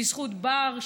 בזכות בר,